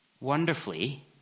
wonderfully